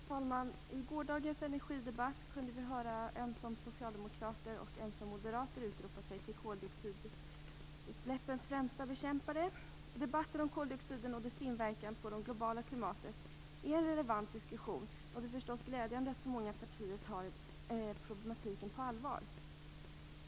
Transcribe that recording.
Fru talman! I gårdagens energidebatt kunde vi höra ömsom socialdemokrater, ömsom moderater utropa sig till koldioxidutsläppens främsta bekämpare. Debatten om koldioxiden och dess inverkan på det globala klimatet är en relevant diskussion. Det är förstås glädjande att så många partier tar problemen på allvar.